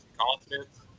confidence